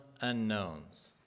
unknowns